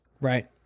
Right